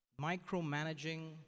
micromanaging